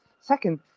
Second